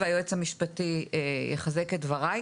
והיועץ המשפטי יחזק את דבריי,